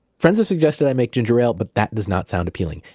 friends have suggested i make ginger ale but that does not sound appealing.